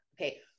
Okay